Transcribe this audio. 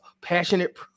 passionate